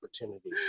opportunity